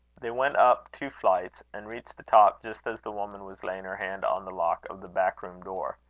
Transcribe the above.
they went up two flights, and reached the top just as the woman was laying her hand on the lock of the back-room door.